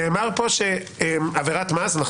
נאמר פה שעבירת מס חמורה,